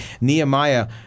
Nehemiah